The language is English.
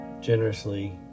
generously